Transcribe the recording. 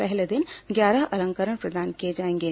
पहले दिन ग्यारह अलंकरण प्रदान किए जाएंगे